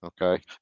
Okay